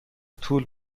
طول